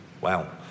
Wow